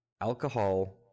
alcohol